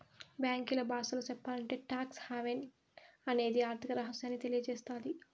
బ్యాంకీల బాసలో సెప్పాలంటే టాక్స్ హావెన్ అనేది ఆర్థిక రహస్యాన్ని తెలియసేత్తది